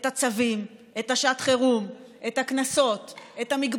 את הצווים, את שעת החירום, את הקנסות, את המגבלות,